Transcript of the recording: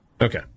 Okay